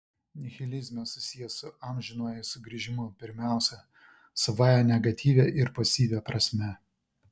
nihilizmas susijęs su amžinuoju sugrįžimu pirmiausia savąja negatyvia ir pasyvia prasme